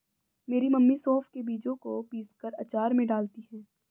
मेरी मम्मी सौंफ के बीजों को पीसकर अचार में डालती हैं